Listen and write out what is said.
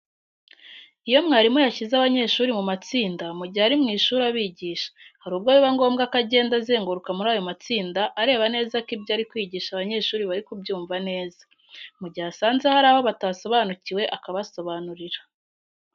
Iyo mwarimu yashyize abanyeshuri mu matsinda mu gihe ari mu ishuri abigisha, hari ubwo biba ngombwa ko agenda azenguruka muri ayo matsinda areba neza ko ibyo ari kwigisha abanyeshuri bari kubyumva neza. Mu gihe asanze hari aho batasobanukiwe akabasobanurira.